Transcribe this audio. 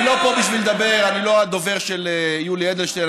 אני לא הדובר של יולי אדלשטיין.